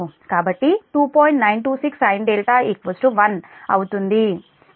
926 sin 1అవుతుంది